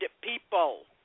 people